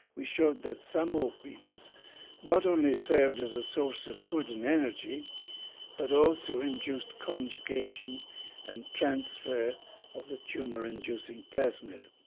we showed that some opines not only served as a source of food and energy but also induced conjugation and transfer of the tumour inducing plasmid.